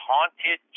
Haunted